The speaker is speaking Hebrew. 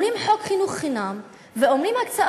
אומרים "חוק חינוך חינם" ואומרים "הקצאה